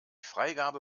freigabe